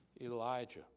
Elijah